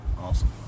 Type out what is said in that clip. awesome